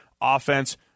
offense